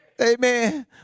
Amen